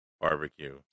barbecue